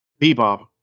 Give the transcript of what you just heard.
Bebop